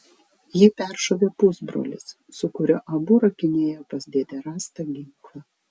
jį peršovė pusbrolis su kuriuo abu rakinėjo pas dėdę rastą ginklą